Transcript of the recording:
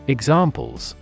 Examples